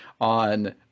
on